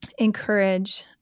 encourage